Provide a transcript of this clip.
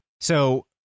So-